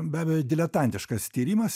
be abejo diletantiškas tyrimas